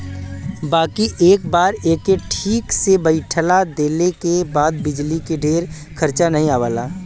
बाकी एक बार एके ठीक से बैइठा देले के बाद बिजली के ढेर खरचा नाही आवला